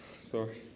Sorry